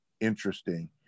interesting